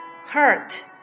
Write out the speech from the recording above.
Hurt